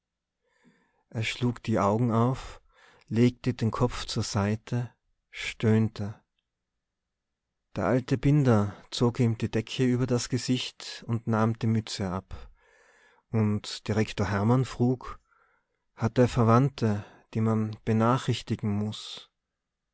er schlug die augen auf legte den kopf zur seite stöhnte der alte binder zog ihm die decke über das gesicht und nahm die mütze ab und direktor hermann frug hat er verwandte die man benachrichtigen muß